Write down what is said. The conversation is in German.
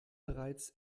bereits